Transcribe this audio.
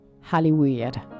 Hollywood